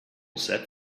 set